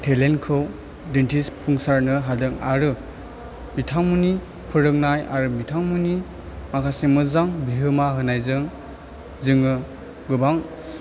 तेलेन्टखौ दिन्थिफुंसारनो हादों आरो बिथांमोननि फोरोंनाय आरो बिथांमोननि माखासे मोजां बिहोमा होनायजों जोङो गोबां